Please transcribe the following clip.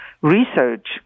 Research